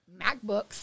MacBooks